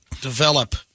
develop